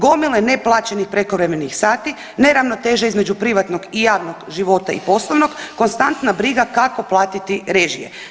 Gomile neplaćenih prekovremenih sati, neravnoteža između privatnog i javnog života i poslovnog, konstantna briga kako platiti režije.